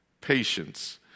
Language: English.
patience